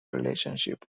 relationship